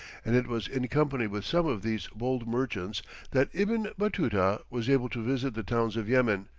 and it was in company with some of these bold merchants that ibn batuta was able to visit the towns of yemen.